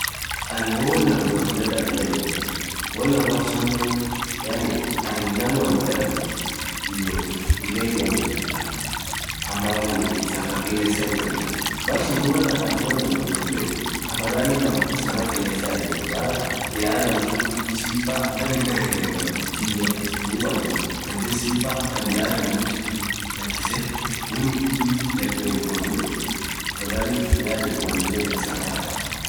anin hoo woan laam took duraa fuded anan yedden, woan lamaan suunen yani anin hindarguaf hindegee took biraa fudedd anaan yedeen amma yaani safar kilesaa biraa fuded anann yedeen afadhalin naam safar kilesaa ijemuu maana binaadamin sifaa taa binaadamir jirt lakise woan dibii taa, yaani afadhaliin nam hindegean safar dargaa.